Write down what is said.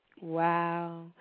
Wow